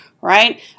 right